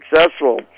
successful